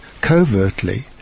covertly